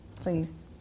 Please